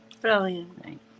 brilliant